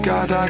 God